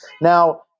Now